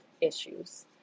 issues